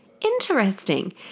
Interesting